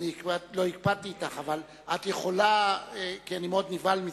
לא הקפדתי אתך, כי אני מאוד נבהל מזה.